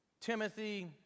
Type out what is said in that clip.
Timothy